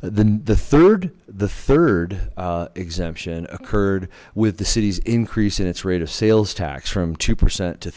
then the third the third exemption occurred with the city's increase in its rate of sales tax from two percent to